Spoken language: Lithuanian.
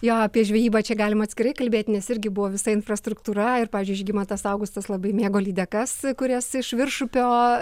jo apie žvejybą čia galim atskirai kalbėt nes irgi buvo visa infrastruktūra pavyzdžiui žygimantas augustas labai mėgo lydekas kurias iš viršupio